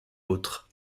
autres